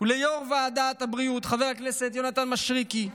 וליושב-ראש ועדת הבריאות חבר הכנסת יונתן מישרקי,